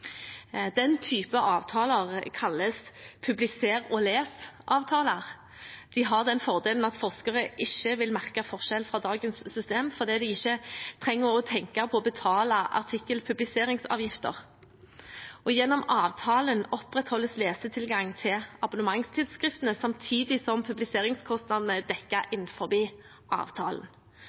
De har den fordelen at forskerne ikke vil merke forskjell fra dagens system, fordi de ikke trenger å tenke på å betale artikkelpubliseringsavgifter. Gjennom avtalen opprettholdes lesetilgangen til abonnementstidsskriftene samtidig som publiseringskostnadene er dekket innenfor avtalen.